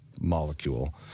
molecule